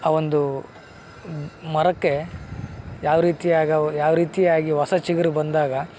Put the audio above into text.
ಆ ಒಂದು ಮರಕ್ಕೆ ಯಾವ ರೀತಿಯಾಗಿ ಅವು ಯಾವ ರೀತಿಯಾಗಿ ಹೊಸ ಚಿಗುರು ಬಂದಾಗ